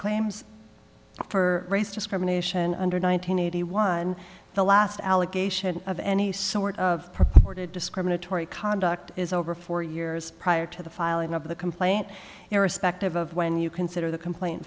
claims for race discrimination under nine hundred eighty one the last allegation of any sort of purported discriminatory conduct is over four years prior to the filing of the complaint irrespective of when you consider the complaint